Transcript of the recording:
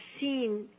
seen